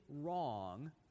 wrong